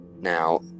Now